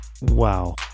wow